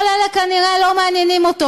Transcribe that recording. כל אלה כנראה לא מעניינים אותו.